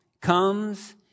comes